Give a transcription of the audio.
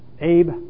Abe